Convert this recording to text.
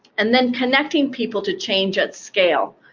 and then, connecting people to change at scale.